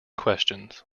questions